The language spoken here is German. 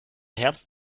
herbst